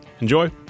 Enjoy